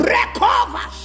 Recover